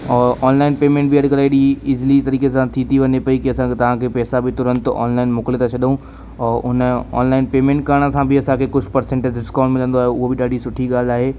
उहो online payment बि अॼु कल्ह अहिड़ी इज़िली तरीक़े सां थी थी वञे पई कि असांखे तव्हां खे पैसा बि तुरंत ऑनलाइन मोकिले था छॾियऊं उन ऑनलाइन पेमेंट करण सां बि असांखे कुझु परसेंट डिस्काउंट मिलंदो आहे उहो बि ॾाढी सुठी ॻाल्हि आहे